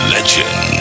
Legend